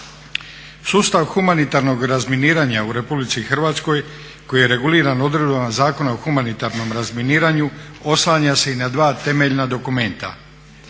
Sustav humanitarnog razminiranja u Republici Hrvatskoj koji je reguliran odredbama Zakona o humanitarnom razminiranju oslanja se i na dva temeljna dokumenta: